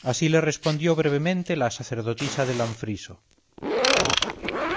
así le respondió brevemente la sacerdotisa del anfriso